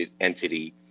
entity